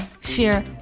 share